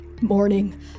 morning